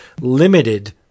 limited